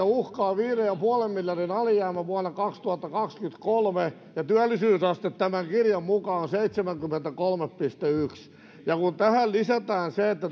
uhkaa viiden pilkku viiden miljardin alijäämä vuonna kaksituhattakaksikymmentäkolme ja työllisyysaste tämän kirjan mukaan on seitsemänkymmentäkolme pilkku yksi kun tähän lisätään se että